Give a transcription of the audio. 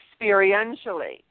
experientially